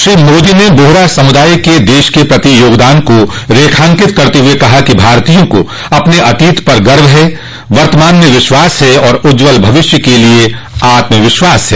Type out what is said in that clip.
श्री मोदी ने बोहरा समुदाय के देश के प्रति योगदान को रेखांकित करते हुए कहा कि भारतीयों को अपने अतीत पर गर्व है वर्तमान में विश्वास है और उज्ज्वल भविष्य के लिए आत्मविश्वास है